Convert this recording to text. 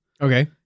Okay